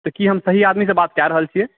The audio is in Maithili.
ताकी हम सही आदमीसॅं बात कए रहल छियै